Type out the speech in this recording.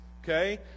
okay